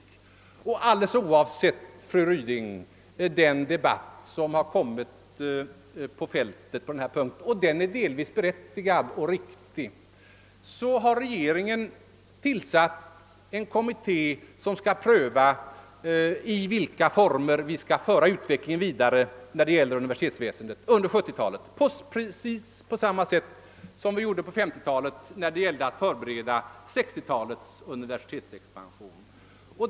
Och, fru Ryding, alldeles oavsett den debatt som förts på fältet och som delvis varit berättigad och riktig har regeringen tillsatt en kommitté som skall pröva i vilka former vi skall leda utvecklingen vidare när det gäller universitetsväsendet under 1970-talet, precis som vi gjorde på 1950-talet när det gällde att förbereda 1960-talets universitetsexpansion.